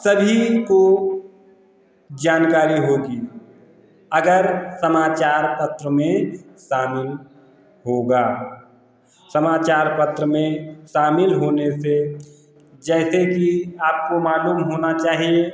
सभी को जानकारी होगी अगर समाचार पत्र में शामिल होगा समाचार पत्र में शामिल होने से जैसे कि आपको मालूम होना चाहिए